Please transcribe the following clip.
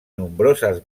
nombroses